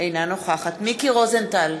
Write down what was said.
אינה נוכחת מיקי רוזנטל,